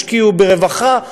ישקיעו ברווחה,